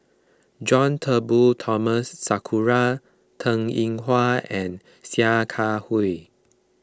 John Turnbull Thomson Sakura Teng Ying Hua and Sia Kah Hui